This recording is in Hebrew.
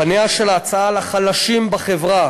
פניה של ההצעה לחלשים בחברה